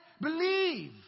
believe